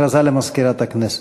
הכרזה למזכירת הכנסת.